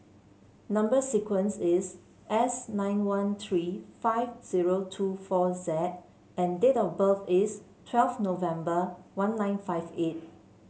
number sequence is S nine one three five zero two four Z and date of birth is twelve November one nine five eight